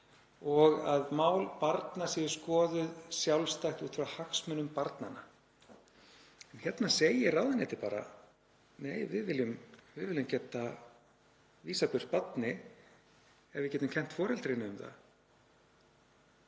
og að mál barna séu skoðuð sjálfstætt út frá hagsmunum barnanna. Hérna segir ráðuneytið bara: Nei, við viljum geta vísað burt barni ef við getum kennt foreldrinu um það.